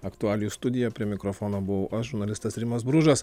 aktualijų studija prie mikrofono buvau aš žurnalistas rimas bružas